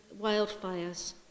wildfires